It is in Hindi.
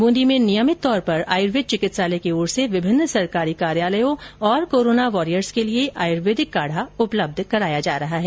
बूंदी में नियमित ंतौर पर आयुर्वेद चिकित्सालय की ओर से विभिन्न सरकारी कार्यालयों और कोरोना वॉरियर्स के लिए आयुर्वेदिक काढ़ा उपलब्ध कराया जा रहा है